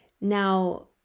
Now